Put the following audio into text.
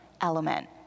element